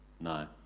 No